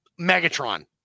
Megatron